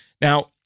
Now